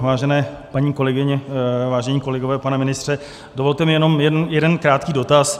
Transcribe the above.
Vážené paní kolegyně, vážení kolegové, pane ministře, dovolte mi jenom jeden krátký dotaz.